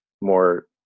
more